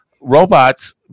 robots